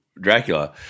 Dracula